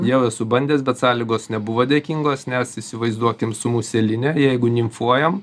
jau esu bandęs bet sąlygos nebuvo dėkingos nes įsivaizduokim su museline jeigu nimfuojam